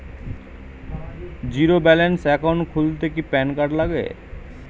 Zero balance account খুলতে কি PAN card লাগে?